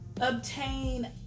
obtain